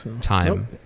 time